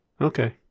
okay